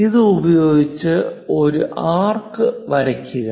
ഇത് ഉപയോഗിച്ച് ഒരു ആർക്ക് വരക്കുക